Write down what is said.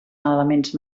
elements